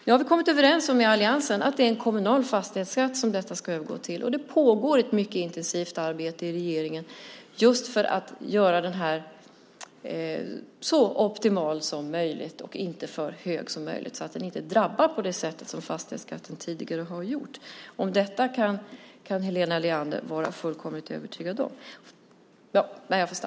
Vi har kommit överens om i alliansen att detta ska övergå till en kommunal fastighetsskatt. Det pågår ett mycket intensivt arbete i regeringen för att göra den optimal - och inte så hög som möjligt - så att den inte drabbar på det sätt som fastighetsskatten tidigare har gjort. Detta kan Helena Leander vara fullkomligt övertygad om.